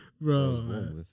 Bro